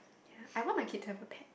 yeah I want my kid to have a pet